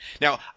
Now